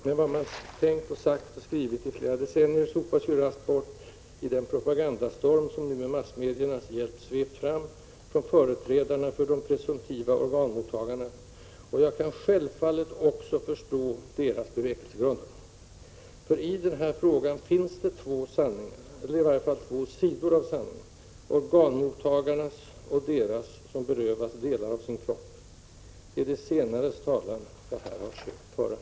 Men vad man tänkt, sagt och skrivit i flera decennier sopas ju raskt bort i den propagandastorm som nu med massmediernas hjälp svept fram från företrädarna för de presumtiva organmottagarna. Jag kan självfallet också förstå deras bevekelsegrunder. I den här frågan finns det två sanningar, eller i varje fall två sidor av sanningen: Organmottagarnas och de som berövas delar av sin kropp. Det är de senares talan jag sökt föra.